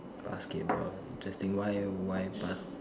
basketball interesting why why basket